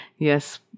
Yes